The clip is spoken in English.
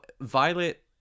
Violet